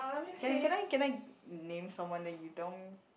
can I can I can I name someone then you tell me